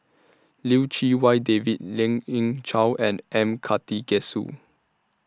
Lim Chee Wai David Lien Ying Chow and M Karthigesu